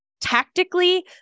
tactically